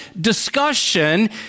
discussion